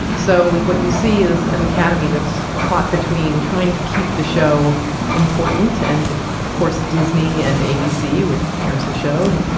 and so what you see is an academy that's caught between trying to keep the show important and of course disney and abc, which airs the show,